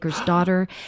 daughter